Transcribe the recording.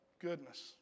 goodness